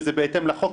וזה בהתאם לחוק,